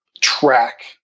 track